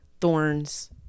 thorns